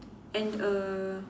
and err